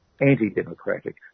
anti-democratic